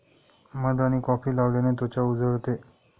मध आणि कॉफी लावल्याने त्वचा उजळते